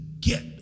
get